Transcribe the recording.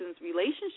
relationship